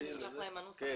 כולם הוזמנו ונשלח להם הנוסח.